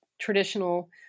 traditional